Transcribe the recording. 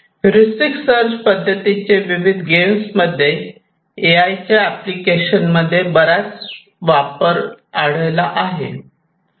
heuristic search पद्धतीचे विविध game मध्ये एआयच्या एप्लीकेशन्स मध्ये बराच वापर आढळला आहे